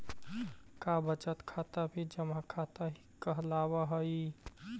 का बचत खाता भी जमा खाता ही कहलावऽ हइ?